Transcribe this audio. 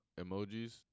emojis